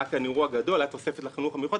היה כאן אירוע גדול, הייתה תוספת לחינוך המיוחד.